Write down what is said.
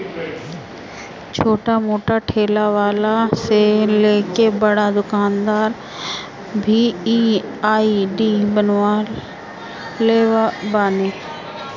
छोट मोट ठेला वाला से लेके बड़ दुकानदार भी इ आई.डी बनवले बाने